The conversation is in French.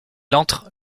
entre